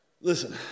Listen